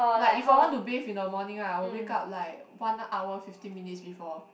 like if I want to bathe in the morning right I will wake up like one hour fifteen minutes before